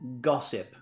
Gossip